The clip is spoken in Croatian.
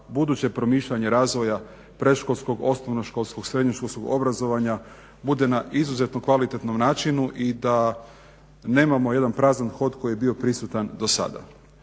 buduće promišljanje razvoja predškolskog, osnovnoškolskog, srednjoškolskog obrazovanja bude na izuzetno kvalitetnom načinu i da nemamo jedan prazan hod koji je bio prisutan dosada.